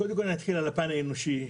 קודם כול, נתחיל מהפן האנושי.